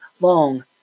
long